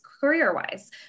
career-wise